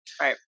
Right